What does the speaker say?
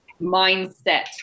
mindset